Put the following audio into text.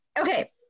Okay